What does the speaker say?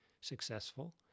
successful